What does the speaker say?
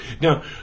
now